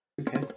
Okay